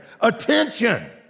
Attention